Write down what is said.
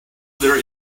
there